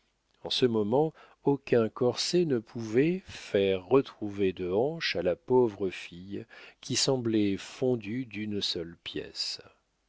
en ce moment aucun corset ne pouvait faire retrouver de hanches à la pauvre fille qui semblait fondue d'une seule pièce